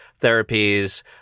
therapies